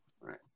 right